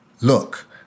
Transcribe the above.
Look